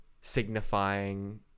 signifying